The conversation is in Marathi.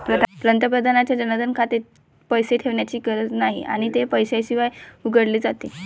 पंतप्रधानांच्या जनधन खात्यात पैसे ठेवण्याची गरज नाही आणि ते पैशाशिवाय उघडले जाते